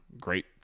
great